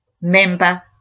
member